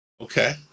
okay